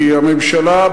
כי הממשלה,